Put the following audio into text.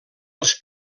els